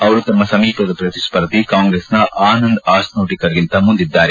ಅವರು ತಮ್ಮ ಸಮೀಪದ ಪ್ರತಿಸ್ಪರ್ಧಿ ಕಾಂಗ್ರೆಸ್ನ ಆನಂದ್ ಅಸ್ನೋಟಿಕರ್ಗಿಂತ ಮುಂದಿದ್ದಾರೆ